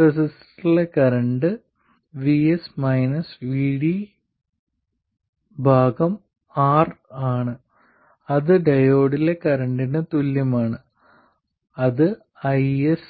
റെസിസ്റ്ററിലെ current R ആണ് അത് ഡയോഡിലെ കറന്റിനു തുല്യമാണ് അത് IS